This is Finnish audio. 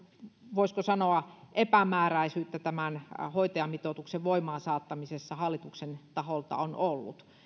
voisiko sanoa epämääräisyyttä tämän hoitajamitoituksen voimaansaattamisessa hallituksen taholta on ollut